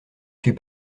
suis